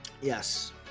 yes